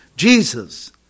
jesus